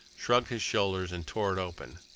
shrugged his shoulders, and tore it open.